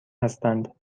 هستند